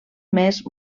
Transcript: més